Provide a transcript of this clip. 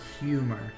humor